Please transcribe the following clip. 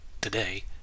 today